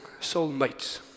soulmates